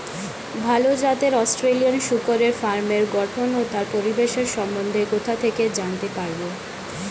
ভাল জাতের অস্ট্রেলিয়ান শূকরের ফার্মের গঠন ও তার পরিবেশের সম্বন্ধে কোথা থেকে জানতে পারবো?